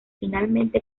finalmente